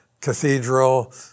Cathedral